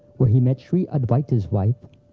where he met shri adwaita's wife,